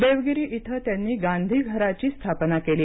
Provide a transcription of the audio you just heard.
देवगिरी इथे त्यांनी गांधी घराची स्थापना केली